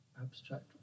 abstract